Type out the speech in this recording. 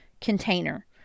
container